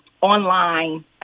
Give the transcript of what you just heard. online